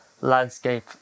landscape